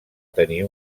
tenir